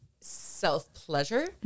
self-pleasure